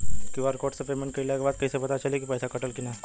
QR code से payment कईला के बाद कईसे पता चली की पैसा कटल की ना?